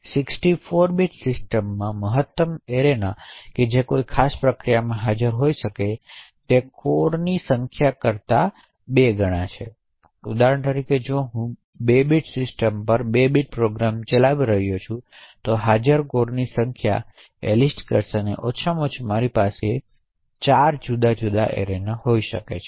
Bit 64 bit સિસ્ટમમાં મહત્તમ arenas કે જે કોઈ ખાસ પ્રક્રિયામાં હોય છે તે કોરોની સંખ્યા કરતા times ગણા છે તેથી ઉદાહરણ તરીકે જો હું ૨ બીટ સિસ્ટમ પર ૨ બીટ પ્રોગ્રામ ચલાવી રહ્યો છું અને હાજર કોરની સંખ્યા છે લિસ્ટત કરશે કે ઓછામાં ઓછું મારી પાસે 8 જુદા જુદા એરેના છે